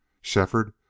Shefford